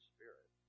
Spirit